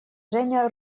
женя